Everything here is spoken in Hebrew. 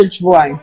של שבועיים.